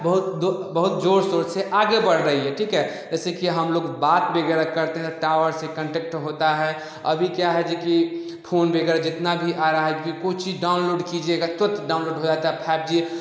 बहुत बहुत जोर सोर से आगे बढ़ रही है ठीक है जैसे कि हम लोग बात वगैरह करते हैं तो टावर से कंटेक्ट होता है अभी क्या है जी कि फोन वगैरह जितना भी आ रहा है अभी कोई चीज डाउनलोड कीजिएगा तुरंत डाउनलोड हो जाता है फाइव जी